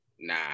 nah